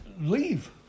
leave